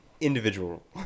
Individual